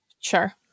sure